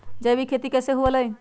जैविक खेती कैसे हुआ लाई?